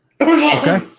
Okay